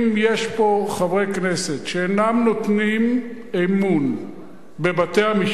אם יש פה חברי כנסת שאינם נותנים אמון בבתי-המשפט,